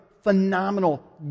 phenomenal